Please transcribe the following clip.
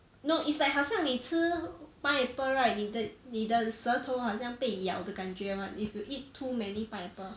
no it's like 好像你吃 pineapple right 你的你的舌头好像被咬的感觉 [one] if you eat too many pineapple